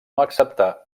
acceptà